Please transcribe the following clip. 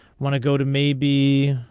when i go to may be.